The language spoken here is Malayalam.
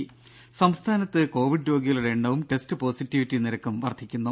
രുമ സംസ്ഥാനത്ത് കോവിഡ് രോഗികളുടെ എണ്ണവും ടെസ്റ്റ് പോസിറ്റിവിറ്റി നിരക്കും വർധിക്കുന്നു